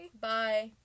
Bye